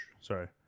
Sorry